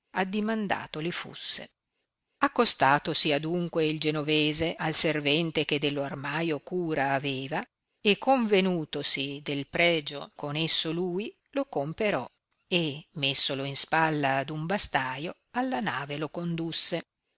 pregio addimandato li fusse accostatosi adunque il genovese al servente che dello armaio cura aveva e convenutosi del pregio con esso lui lo comperò e messolo in spalla ad uno bastaio alla nave lo condusse